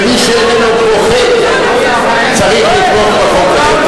ומי שאיננו פוחד צריך לתמוך בחוק הזה.